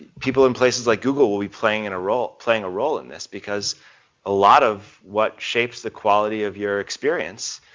people in places like google will be playing in a role, playing a role in this because a lot of what shapes the quality of your experience,